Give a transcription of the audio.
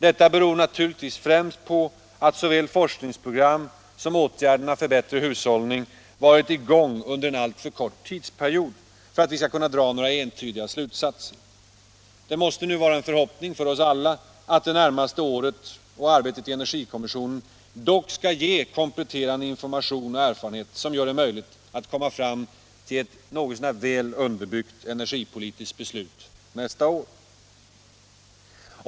Detta beror naturligtvis främst på att såväl forskningsprogrammet som åtgärderna för bättre hushållning varit i gång under en alltför kort tidsperiod för att vi skall kunna dra några entydiga slutsatser. Det måste nu vara en förhoppning för oss alla att det närmaste året och arbetet i energikommissionen dock skall ge kompletterande information och erfarenheter som gör det möjligt att komma fram till ett något så när väl underbyggt energipolitiskt beslut nästa år.